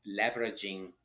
leveraging